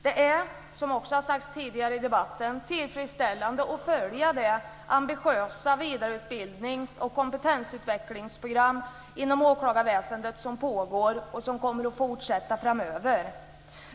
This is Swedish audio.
Det är, som också har sagts tidigare i debatten, tillfredsställande att följa det ambitiösa vidareutbildnings och kompetensutvecklingsprogram inom åklagarväsendet som pågår och som kommer att fortsätta framöver.